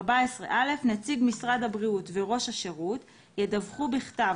14.(א)נציג משרד הבריאות וראש השירות ידווחו בכתב